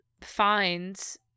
finds